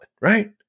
right